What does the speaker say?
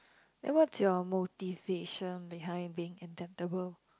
then what's your motivation behind being adaptable